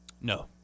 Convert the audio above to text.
No